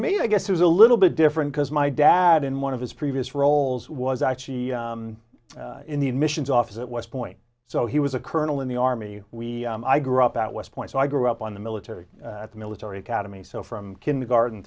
me i guess is a little bit different because my dad in one of his previous roles was actually in the admissions office at west point so he was a colonel in the army we i grew up at west point so i grew up on the military at the military academy so from kindergarten